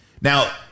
Now